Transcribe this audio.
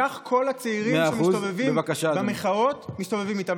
כך כל הצעירים במחאות מסתובבים איתה.